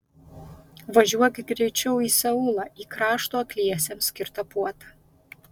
važiuok greičiau į seulą į krašto akliesiems skirtą puotą